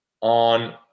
on